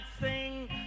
sing